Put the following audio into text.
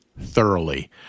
thoroughly